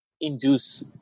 induce